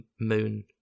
moon